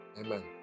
Amen